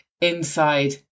inside